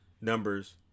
numbers